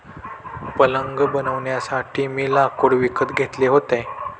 पलंग बनवण्यासाठी मी लाकूड विकत घेतले होते